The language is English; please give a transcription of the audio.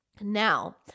now